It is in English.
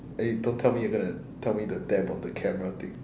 eh don't tell me you're gonna tell me the dab on the camera thing